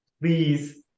please